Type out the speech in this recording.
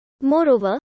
Moreover